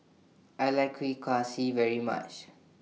I like Kuih Kaswi very much